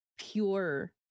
pure